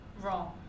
wrong